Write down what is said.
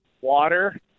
water